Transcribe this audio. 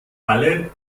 alle